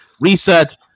reset